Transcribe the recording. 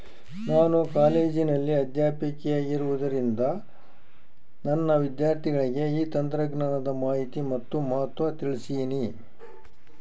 ನಾನು ಕಾಲೇಜಿನಲ್ಲಿ ಅಧ್ಯಾಪಕಿಯಾಗಿರುವುದರಿಂದ ನನ್ನ ವಿದ್ಯಾರ್ಥಿಗಳಿಗೆ ಈ ತಂತ್ರಜ್ಞಾನದ ಮಾಹಿನಿ ಮತ್ತು ಮಹತ್ವ ತಿಳ್ಸೀನಿ